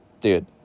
dude